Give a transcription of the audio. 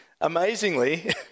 amazingly